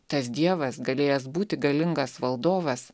tas dievas galėjęs būti galingas valdovas